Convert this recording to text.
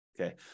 okay